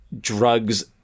drugs